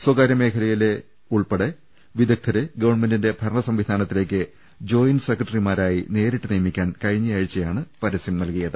സ്വകാര്യ മേഖലയിലെ ഉൾപ്പെടെ വിദഗ്ദ്ധരെ ഗവൺമെന്റിന്റെ ഭരണസംവിധാനത്തി ലേക്ക് ജോയിന്റ് സെക്രട്ടറിമാരായി നേരിട്ട് നിയമിക്കാൻ കഴി ഞ്ഞയാഴ്ചയാണ് പരസ്യം നൽകിയത്